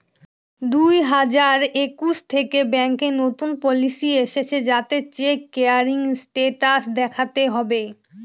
দুই হাজার একুশ থেকে ব্যাঙ্কে নতুন পলিসি এসেছে যাতে চেক ক্লিয়ারিং স্টেটাস দেখাতে হবে